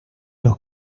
los